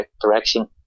direction